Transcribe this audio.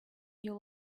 your